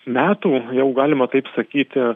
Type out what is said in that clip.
metų jau galima taip sakyti